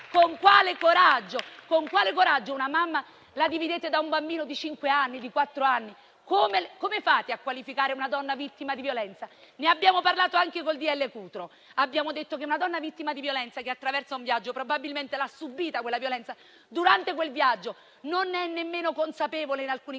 Con quale coraggio una mamma la dividete da un bambino di quattro o cinque anni? Come fate a qualificare una donna vittima di violenza? Ne abbiamo parlato anche in occasione del cosiddetto decreto-legge Cutro. Abbiamo detto che una donna vittima di violenza che intraprende un viaggio probabilmente ha subito quella violenza durante il viaggio; non ne è nemmeno consapevole in alcuni casi